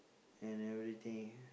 and everything